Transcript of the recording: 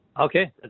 Okay